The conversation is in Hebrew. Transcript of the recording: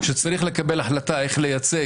כשצריך לקבל החלטה איך לייצג,